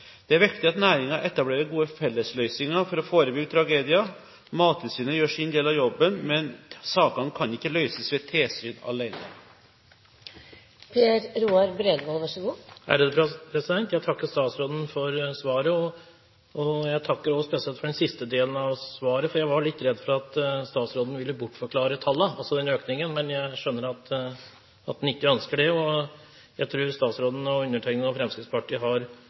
Det er viktig at næringen etablerer gode fellesløsninger for å forebygge tragedier. Mattilsynet gjør sin del av jobben, men sakene kan ikke løses ved tilsyn alene. Jeg takker statsråden for svaret. Jeg takker også spesielt for den siste delen av svaret, for jeg var litt redd for at statsråden ville bortforklare tallene – altså økningen – men jeg skjønner at han ikke ønsker det. Jeg tror statsråden og Fremskrittspartiet har samme mål, at antall dyretragedier skal ned og